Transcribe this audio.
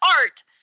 art